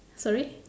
sorry